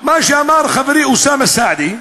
מה שאמר חברי אוסאמה סעדי,